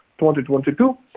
2022